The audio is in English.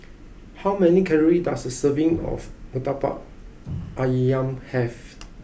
how many calories does a serving of Murtabak Ayam have